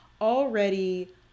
already